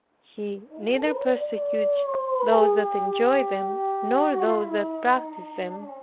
he neither persecutes those that enjoy them nor those that practice them.